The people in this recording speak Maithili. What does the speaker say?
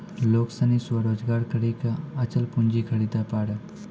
लोग सनी स्वरोजगार करी के अचल पूंजी खरीदे पारै